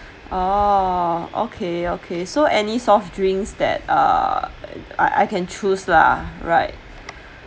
orh okay okay so any soft drinks that uh I I can choose lah right